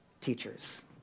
teachers